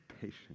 patience